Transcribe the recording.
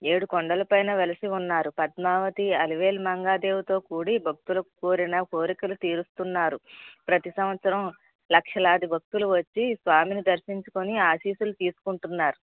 ఏడు కొండల పైన వెలసి ఉన్నారు పద్మావతి అలివేలు మంగా దేవితో కూడి భక్తులు కోరిన కోరికలు తీరుస్తున్నారు ప్రతీ సంవత్సరం లక్షలాది భక్తులు వచ్చి స్వామిని దర్శించుకొని ఆశీస్సులు తీసుకుంటున్నారు